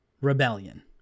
rebellion